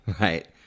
Right